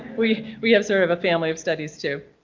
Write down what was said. we we have sort of a family of studies, too,